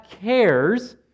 cares